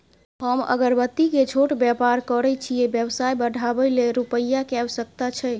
हम अगरबत्ती के छोट व्यापार करै छियै व्यवसाय बढाबै लै रुपिया के आवश्यकता छै?